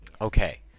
Okay